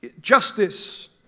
justice